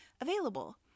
available